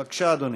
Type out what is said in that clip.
בבקשה, אדוני.